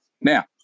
Now